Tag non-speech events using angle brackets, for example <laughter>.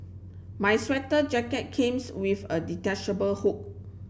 my sweater jacket <unintelligible> with a detachable hood